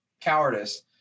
cowardice